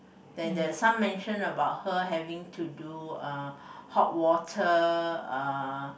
then there's some mention about her having to do uh hot water uh